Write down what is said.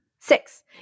Six